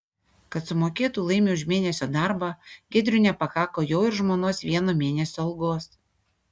kad sumokėtų laimiui už mėnesio darbą giedriui nepakako jo ir žmonos vieno mėnesio algos